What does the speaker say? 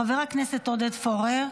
חבר הכנסת עודד פורר,